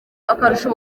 akarusho